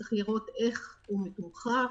צריך לראות איך הוא מתומחר